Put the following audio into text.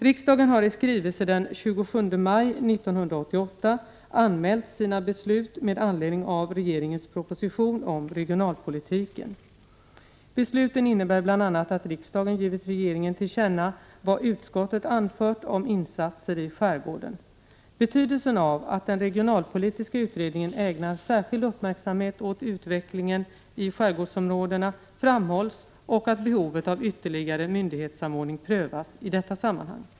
Riksdagen har i skrivelse den 27 maj 1988 anmält sina beslut med anledning av regeringens proposition om regionalpolitiken. Besluten innebär bl.a. att riksdagen givit regeringen till känna vad utskottet anfört om insatser i skärgården. Betydelsen av att den regionalpolitiska utredningen ägnar särskild uppmärksamhet åt utvecklingen i skärgårdsområdena framhålls, liksom att behovet av ytterligare myndighetssamordning prövas i detta sammanhang.